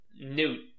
newt